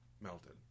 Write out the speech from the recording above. melted